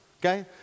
okay